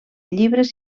llibres